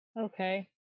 Okay